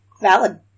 valid